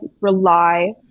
rely